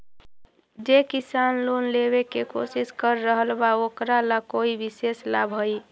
जे किसान लोन लेवे के कोशिश कर रहल बा ओकरा ला कोई विशेष लाभ हई?